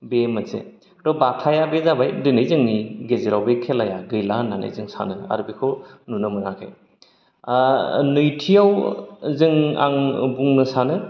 बे मोनसे बाथ्राया बे जाबाय दोनै जोंनि गेजेराव बे खेलाया गैलाया होननानै सानो आरो बेखौ नुनो मोनाखै ओ नैथिआव ओ जों आं बुंनो सानो